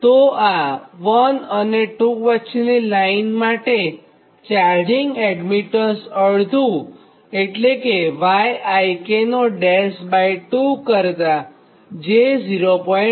તો 1 અને 2 વચ્ચેની લાઇન માટે ચાર્જિંગ એડમીટન્સ અડધું એટલે કે yik2 કરતાં j 0